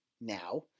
now